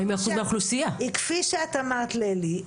כפי שאת אמרת ללי,